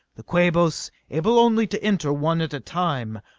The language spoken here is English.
the quabos, able only to enter one at a time,